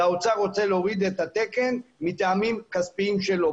והאוצר רוצה להוריד את התקן מטעמים כספיים שלו.